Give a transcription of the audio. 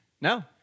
No